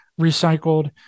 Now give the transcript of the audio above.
recycled